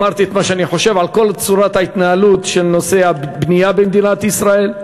אמרתי את מה שאני חושב על כל צורת ההתנהלות בנושא הבנייה במדינת ישראל.